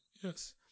Yes